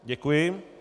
Děkuji.